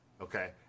Okay